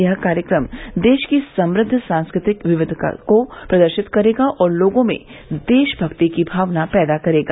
यह कार्यक्रम देश की समृद्ध सांस्कृतिक विविधता को प्रदर्शित करेगा और लोगों में देशभक्ति की भावना पैदा करेगा